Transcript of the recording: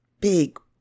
big